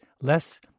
less